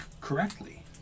correctly